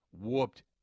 whooped